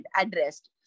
addressed